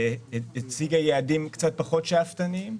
שהציגה יעדים קצת פחות שאפתניים.